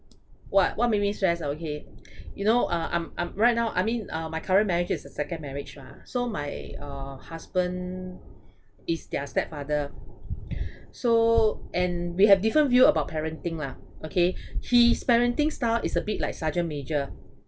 what what make me stress ah okay you know uh I'm I'm right now I mean uh my current marriage is a second marriage mah so my uh husband is their stepfather so and we have different view about parenting lah okay his parenting style is a bit like sergeant major